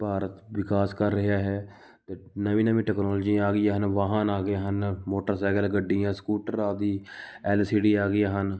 ਭਾਰਤ ਵਿਕਾਸ ਕਰ ਰਿਹਾ ਹੈ ਅਤੇ ਨਵੀਂ ਨਵੀਂ ਟੈਕਨੋਲਜੀ ਆ ਗਈਆਂ ਹਨ ਵਾਹਨ ਆ ਗਏ ਹਨ ਮੋਟਰਸਾਈਕਲ ਗੱਡੀਆਂ ਸਕੂਟਰ ਆਦਿ ਐੱਲ ਸੀ ਡੀ ਆ ਗਈਆਂ ਹਨ